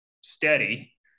steady